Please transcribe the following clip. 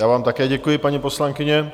Já vám také děkuji, paní poslankyně.